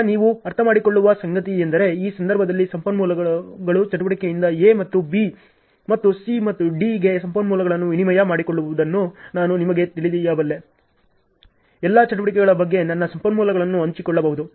ಈಗ ನೀವು ಅರ್ಥಮಾಡಿಕೊಳ್ಳುವ ಸಂಗತಿಯೆಂದರೆ ಈ ಸಂದರ್ಭದಲ್ಲಿ ಸಂಪನ್ಮೂಲಗಳು ಚಟುವಟಿಕೆಯಿಂದ A ಮತ್ತು B ಮತ್ತು C ಮತ್ತು D ಗೆ ಸಂಪನ್ಮೂಲಗಳನ್ನು ವಿನಿಮಯ ಮಾಡಿಕೊಳ್ಳುವುದನ್ನು ನಾನು ನಿಮಗೆ ತಿಳಿಯಬಲ್ಲೆ ಎಲ್ಲಾ ಚಟುವಟಿಕೆಗಳ ಬಗ್ಗೆ ನನ್ನ ಸಂಪನ್ಮೂಲಗಳನ್ನು ಹಂಚಿಕೊಳ್ಳಬಹುದು